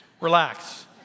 Relax